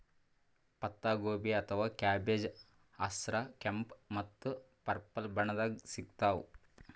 ಪತ್ತಾಗೋಬಿ ಅಥವಾ ಕ್ಯಾಬೆಜ್ ಹಸ್ರ್, ಕೆಂಪ್ ಮತ್ತ್ ಪರ್ಪಲ್ ಬಣ್ಣದಾಗ್ ಸಿಗ್ತಾವ್